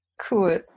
Cool